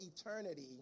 eternity